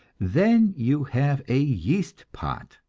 then you have a yeast-pot,